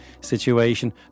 situation